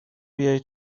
بیای